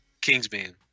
Kingsman